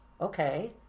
okay